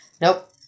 Nope